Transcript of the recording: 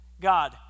God